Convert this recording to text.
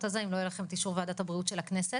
האלה אם לא יהיה לכם את אישור ועדת הבריאות של הכנסת.